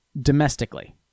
domestically